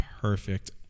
perfect